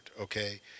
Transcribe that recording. okay